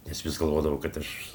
nes vis galvodavau kad aš